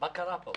מה קרה פה?